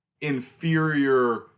inferior